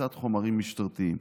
תפיסת חומרים משטרתיים,